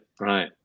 Right